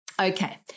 Okay